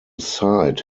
site